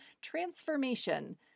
Transformation